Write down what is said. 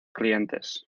clientes